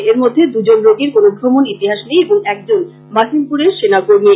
এরমধ্যে দুজন রোগীর কোন ভ্রমন ইতিহাস নেই এবং একজন মাসিমপুরের সেনা কর্মী